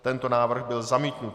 Tento návrh byl zamítnut.